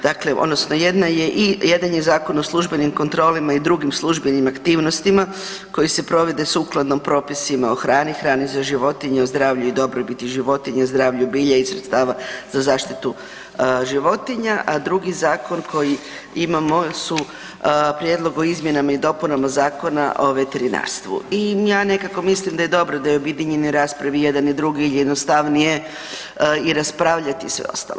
Dakle, odnosno jedan je Zakon o službenim kontrolama i drugim službenim aktivnostima koje se provode sukladno propisima o hrani, hrani za životinje, o zdravlju i dobrobiti životinja, zdravlju bilja i sredstava za zaštitu životinja, a drugi zakon koji imamo su Prijedlog o izmjenama i dopunama Zakona o veterinarstvu i ja nekako mislim da je dobro da je objedinjenoj raspravi jedan i drugi jer je jednostavno i raspravljati i sve ostalo.